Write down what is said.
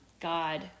God